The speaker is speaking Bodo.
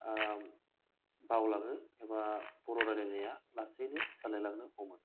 बावलाङो एबा बर' रायलायनाया लासैनो सोलायलांनो हमो